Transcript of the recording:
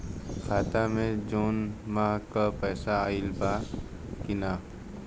खाता मे जून माह क पैसा आईल बा की ना?